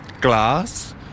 glass